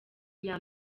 iya